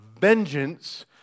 vengeance